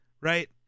right